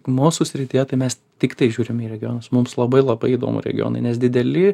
mūsų srityje tai mes tiktai žiūrim į regionus mums labai labai įdomu regionai nes dideli